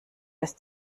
ist